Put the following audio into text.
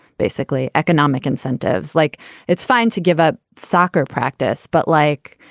basically, economic incentives like it's fine to give up soccer practice. but like,